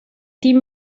team